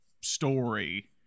story